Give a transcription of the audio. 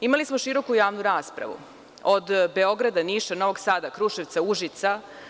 Imali smo široku javnu raspravu od Beograda, Niša, Novog Sada, Kruševca, Užica.